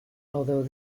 although